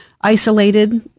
isolated